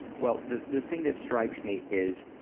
well the the thing that strikes me is,